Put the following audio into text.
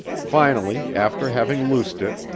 finally, after having loosed it,